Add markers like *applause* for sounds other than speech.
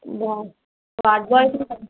వా వార్డ్ బాయ్స్ని *unintelligible*